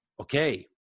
okay